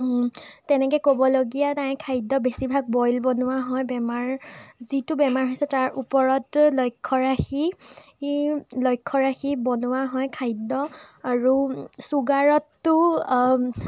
তেনেকে ক'বলগীয়া নাই খাদ্য বেছিভাগ বইল বনোৱা হয় বেমাৰ যিটো বেমাৰ হৈছে তাৰ ওপৰত লক্ষ্য ৰাখি ই লক্ষ্য ৰাখি বনোৱা হয় খাদ্য আৰু চুগাৰততো